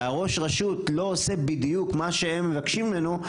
וראש הרשות לא עושה בדיוק מה שהם מבקשים ממנו,